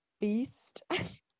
beast